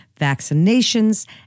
vaccinations